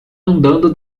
andando